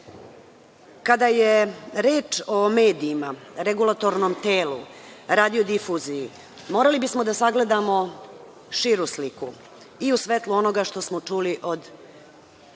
je reč o medijima, regulatornom telu, radiodifuziji, morali bismo da sagledamo širu sliku i u svetlu onoga što smo čuli od